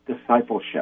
discipleship